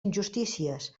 injustícies